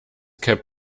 kept